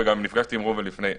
וגם נפגשתי עם ראובן לפני,